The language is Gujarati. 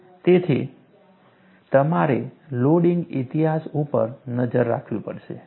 તેથી તમારે લોડિંગ ઇતિહાસ ઉપર નજર રાખવી પડશે